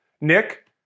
Nick